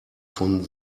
von